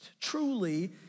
Truly